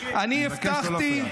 הבטחתי --- אני מבקש לא להפריע.